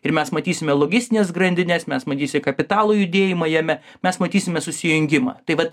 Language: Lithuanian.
ir mes matysime logistines grandines mes matysime kapitalo judėjimą jame mes matysime susijungimą taip vat